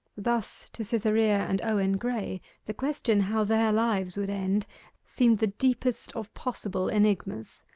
thus to cytherea and owen graye the question how their lives would end seemed the deepest of possible enigmas.